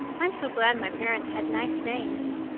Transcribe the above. i'm so glad my parents had nice names.